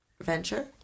Venture